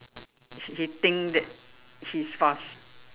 he think that he's fast